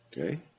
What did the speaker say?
Okay